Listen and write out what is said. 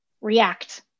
react